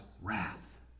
wrath